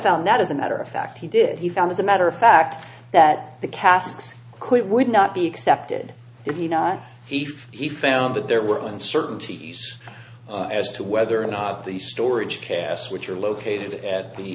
sound that is a matter of fact he did he found as a matter of fact that the casks quit would not be accepted if he not feel if he found that there were uncertainties as to whether or not the storage cast which are located at the